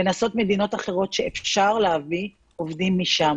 לנסות מדינות אחרות שאפשר להביא עובדים משם.